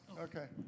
Okay